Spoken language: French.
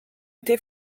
été